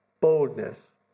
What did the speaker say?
boldness